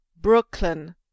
Brooklyn